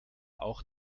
auch